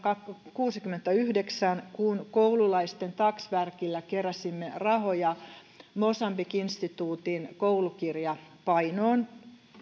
kuusikymmentäyhdeksän kun koululaisten taksvärkillä keräsimme rahoja mosambik instituutin koulukirjapainoon